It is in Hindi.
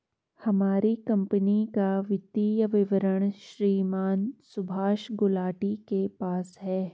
हमारी कम्पनी का वित्तीय विवरण श्रीमान सुभाष गुलाटी के पास है